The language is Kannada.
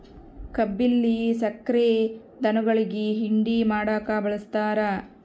ಕಬ್ಬಿಲ್ಲಿ ಸಕ್ರೆ ಧನುಗುಳಿಗಿ ಹಿಂಡಿ ಮಾಡಕ ಬಳಸ್ತಾರ